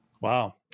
wow